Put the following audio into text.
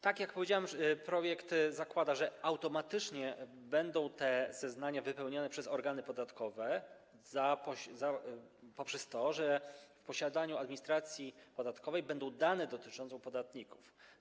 Tak jak powiedziałem, projekt zakłada, że automatycznie będą te zeznania wypełnione przez organy podatkowe dzięki temu, że w posiadaniu administracji podatkowej będą dane dotyczące podatników.